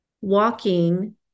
walking